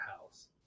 house